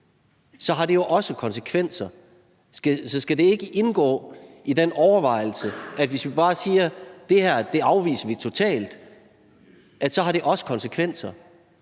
så har det jo også konsekvenser. Så skal det ikke indgå i den overvejelse, i forhold til at hvis vi bare siger, at det her afviser vi totalt, så har det også konsekvenser?